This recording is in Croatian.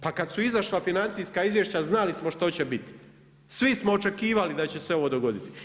Pa kada su izašla financijska izvješća znali smo šta će biti, svi smo očekivali da će se ovo dogoditi.